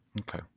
Okay